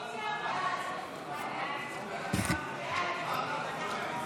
הצעת סיעת יש עתיד להביע אי-אמון בממשלה